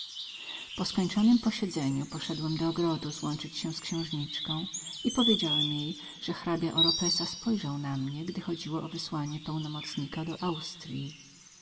po skończonem posiedzeniu poszedłem do ogrodu złączyć się z księżniczką i opowiedziałem jej jak książe oropesa spojrzał na mnie gdy chodziło o wysłanie pełnomocnika do austryi